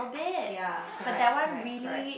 ya correct correct correct